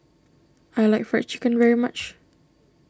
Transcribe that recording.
I like Fried Chicken very much